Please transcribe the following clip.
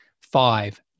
Five